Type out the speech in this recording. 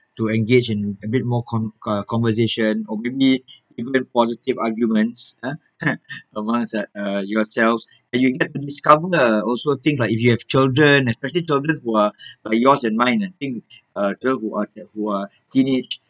to engage in a bit more con~ uh conversation or maybe even positive arguments ah eh among uh uh yourself and you have to discover also things like if you have children especially children who are like yours and mine and I think uh those who are who are teenage